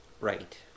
right